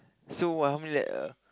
so wa how many is that err